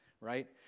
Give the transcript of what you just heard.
right